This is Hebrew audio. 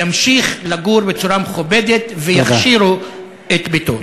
ימשיך לגור בצורה מכובדת ויכשירו את ביתו.